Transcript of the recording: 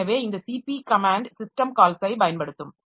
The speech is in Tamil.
எனவே இந்த cp கமேன்ட் சிஸ்டம் கால்ஸை பயன்படுத்தும்